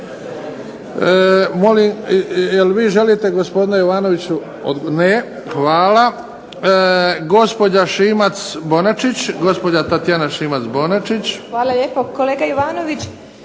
Molim, je li vi želite gospodine Jovanoviću? Ne. Hvala. Gospođa Šimac Bonačić. Gospođa Tatjana Šimac Bonačić. **Šimac Bonačić,